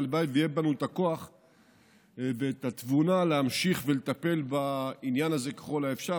הלוואי שיהיו לנו הכוח והתבונה להמשיך ולטפל בעניין הזה ככל האפשר.